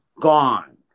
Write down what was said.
gone